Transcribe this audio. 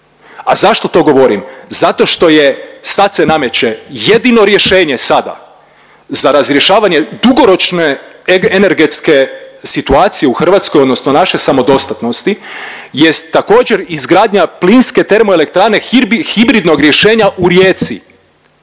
A zašto to govorim? Zato što je sad se nameće jedino rješenje sada za razrješavanje dugoročne energetske situacije u Hrvatskoj odnosno naše samodostatnosti jest također izgradnja plinske termoelektrane hibridnog rješenja u Rijeci